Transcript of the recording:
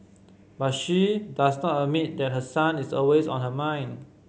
but she does not admit that her son is always on her mind